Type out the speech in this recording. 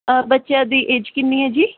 ਆ ਬੱਚਿਆਂ ਦੀ ਏਜ ਕਿੰਨੀ ਹੈ ਜੀ